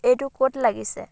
এইটো ক'ত লাগিছে